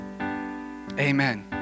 Amen